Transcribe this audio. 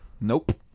Nope